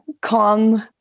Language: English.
calm